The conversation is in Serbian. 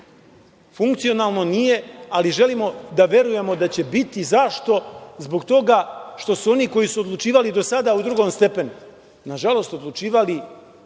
Funkcionalno nije, ali želimo da verujemo da će biti. Zašto? Zbog toga što su oni koji su odlučivali do sada u drugom stepenu, nažalost odlučivali